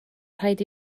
rhaid